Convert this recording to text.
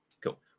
Cool